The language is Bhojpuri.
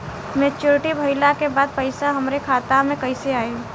मच्योरिटी भईला के बाद पईसा हमरे खाता में कइसे आई?